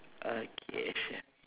okay sure